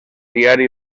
diari